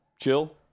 chill